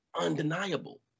undeniable